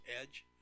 edge